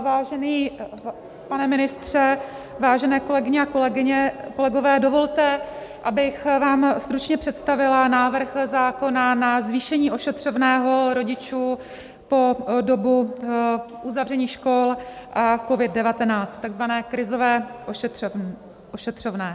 Vážený pane ministře, vážené kolegyně a kolegové, dovolte, abych vám stručně představila návrh zákona na zvýšení ošetřovného rodičů po dobu uzavření škol a COVID19, takzvané krizové ošetřovné.